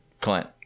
Clint